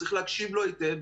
צריך להקשיב לו היטב,